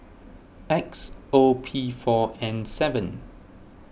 X O P four N seven